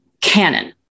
canon